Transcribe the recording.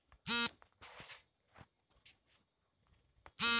ನಾನು ಬಿಲ್ ಪಾವತಿ ವ್ಯವಹಾರವನ್ನು ಹೇಗೆ ಪ್ರಾರಂಭಿಸುವುದು?